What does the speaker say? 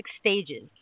stages